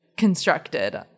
constructed